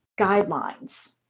guidelines